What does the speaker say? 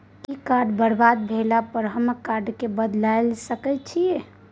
कि कार्ड बरबाद भेला पर हम कार्ड केँ बदलाए सकै छी?